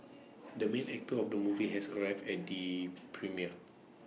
the main actor of the movie has arrived at the premiere